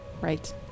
right